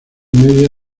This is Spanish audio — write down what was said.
media